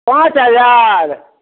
पाँच हजार